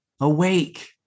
awake